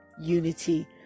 unity